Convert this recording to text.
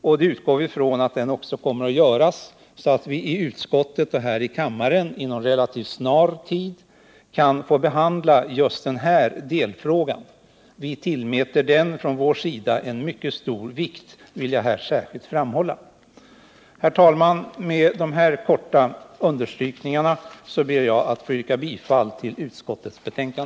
Vi utgår ifrån att så också kommer att bli fallet, så att vi i utskottet och här i kammaren relativt snart kan få behandla just denna delfråga. Vi tillmäter den från vår sida mycket stor vikt — det vill jag särskilt framhålla. Herr talman! Med dessa korta understrykningar ber jag att få yrka bifall till utskottets hemställan.